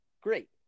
great